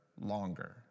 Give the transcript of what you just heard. longer